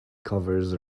covers